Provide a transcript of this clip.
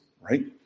right